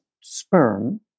sperm